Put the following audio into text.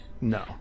No